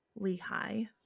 Lehi